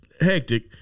hectic